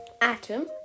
atom